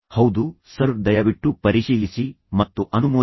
ಹೌದು ಸರ್ ದಯವಿಟ್ಟು ಪರಿಶೀಲಿಸಿ ಮತ್ತು ಅನುಮೋದಿಸಿ